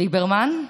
ליברמן,